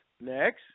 next